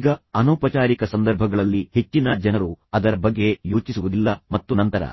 ಈಗ ಅನೌಪಚಾರಿಕ ಸಂದರ್ಭಗಳಲ್ಲಿ ಹೆಚ್ಚಿನ ಜನರು ಅದರ ಬಗ್ಗೆ ಯೋಚಿಸುವುದಿಲ್ಲ ಮತ್ತು ನಂತರ